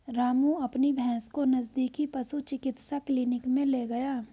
रामू अपनी भैंस को नजदीकी पशु चिकित्सा क्लिनिक मे ले गया